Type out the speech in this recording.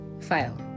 file